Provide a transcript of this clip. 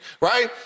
right